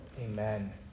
Amen